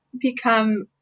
become